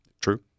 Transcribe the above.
True